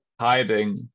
hiding